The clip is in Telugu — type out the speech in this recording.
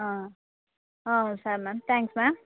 సరే మేడం థ్యాంక్స్ మేడం